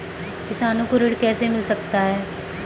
किसानों को ऋण कैसे मिल सकता है?